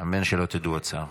אמן שלא תדעו עוד צער.